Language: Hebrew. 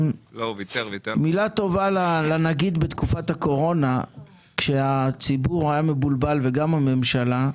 מילה טובה לנגיד בתקופת הקורונה כשהציבור היה מבולבל וגם הממשלה.